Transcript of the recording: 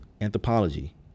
anthropology